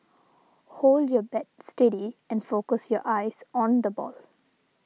hold your bat steady and focus your eyes on the ball